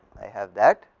have that,